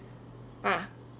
ah